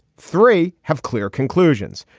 three have clear conclusions.